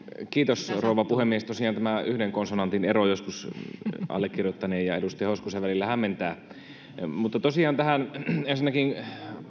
kiitos rouva puhemies tosiaan tämä yhden konsonantin ero allekirjoittaneen ja edustaja hoskosen välillä joskus hämmentää mutta tosiaan ensinnäkin